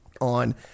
on